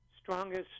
strongest